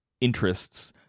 interests